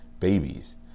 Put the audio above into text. babies